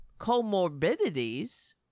comorbidities